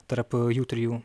tarp jų trijų